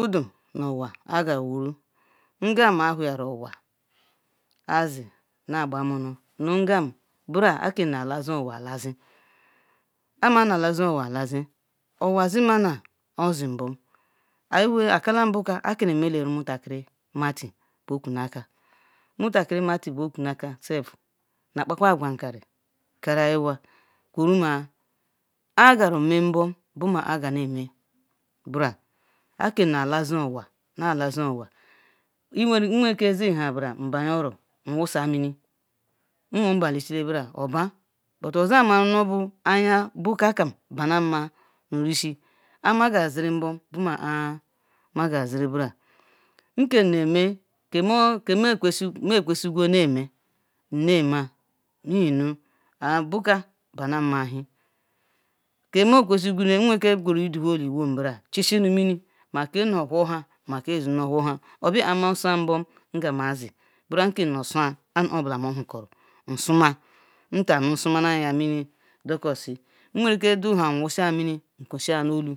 Budon nu owa ngan awhoyaru owa azinaki a monol brol alazin alazin owoi zimanny ozim bom iwa kalam bokal a kamemem lela ta kiri bukwu nakar rumutakiri broral nakpa kwa nkak ikaru awa kuuru ma anneme bum bomann a anne men broral n weneike bam oro nwosi mini nwom warike banni obanu abau ozia ma wa nu ayen boka ba na ma ayan amagaru sirimbom boma na aku azigu bral nul henu oka amen zil n weri ken guru chisi nu mmi make nu han yo weya mu ke nyhan zor weya ma sun iwo m mgbom mbral nke nu sun annu abola nsumme dokasia nu olu nwaruke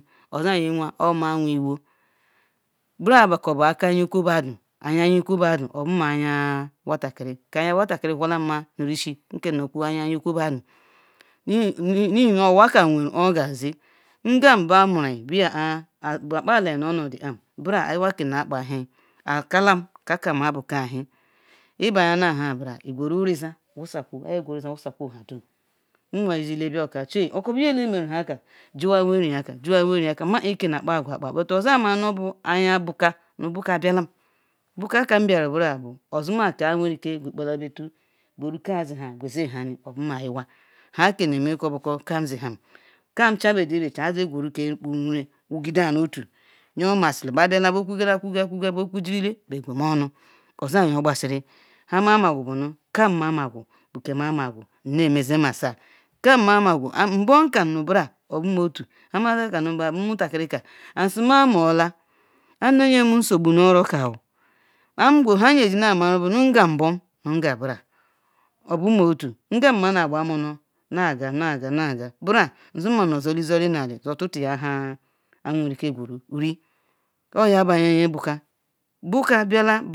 yishal nu mini gumma an dokosi bokal bialam bral bo ayan okobadom oboma iyan rumutal kiri ngan bo-muran obola awa nu zuu ehan owa bro owa kennu ozon ehin nu a kennu ozom ehin nu akala bokal akaja lam nu bukal iban han bro nu bukal iban han bro ayo guru ri zan wosa kwu nuriwo oro nwon bayan obidou nu kwu ni juwa weneren ka. Ke na kpa akwa kpa oro amayan nu ayan boka blam boka kam awerike guru iwoi ke changari chan guru wugiden nu ke nu ke kporune ozi yokpan teain maru mnemezun korinal boka bialam ma blala. Nkanu ba ru mutal anh yingal mso bon nu amonu bon mu bal boma otu nzoma zolizo tutuya han nu yari oya buiyan yin bokal oboka bialam mbom mme zekol akwo nu bro ji han han mari broral nzima ezili okwoi ikera obu yin ma da zor nu oro ke ba guhalam iri ngam bo whorgala befor ba jalam ikpo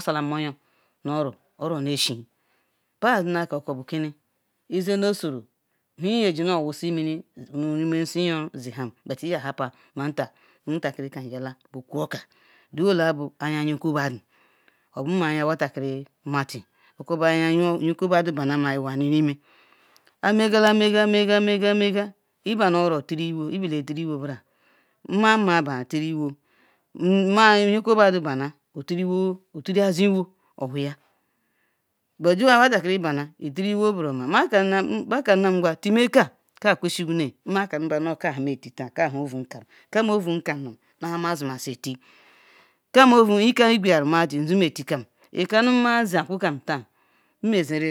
salam won yon nu oro bayala bo bidon nu okwu izenme osoro iyon na nshini n han iya happe bayala bokwo oka ihinrukin ihinu oko bado bialamm amegal megal then nu oko badon bialam ba bana rimo ro betiri iwo bet miyan bannal mtiri asun iwo oko baden bannam ba ota ba kawu matimen iwo kam nma kam ba nu kam messiti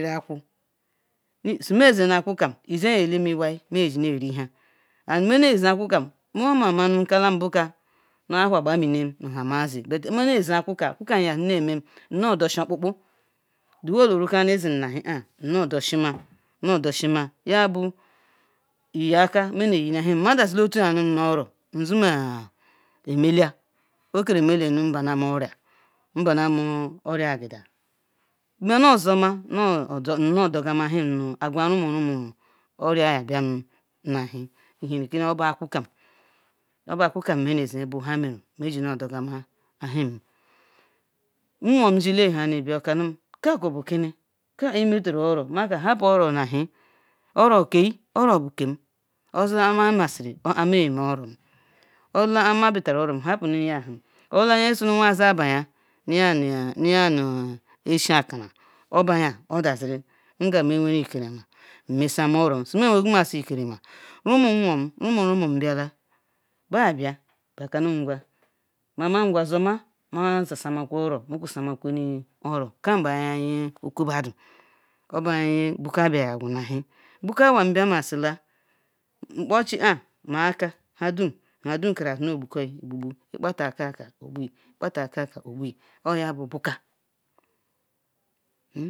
bakwu kum my zen akwu mma kanau men zen akwukam iya yam iwai meiyeji riwiri nne zen okukam na nne whorgal nmu doshima opopol somozom ann onne me lela nba oma agida mmu dogo mma atiwen nriral nahan rumun biala baka la iji metal oro nkana happol oro oro okin oro bu oro ikala izen bayan ri moro mgan zomma rumu rumu biala baya za samma oro kan bu oromu obo ayan bokal mkpakal nu ochel ya zinnu bol bubu oya bu boka wo.